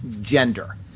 gender